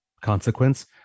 Consequence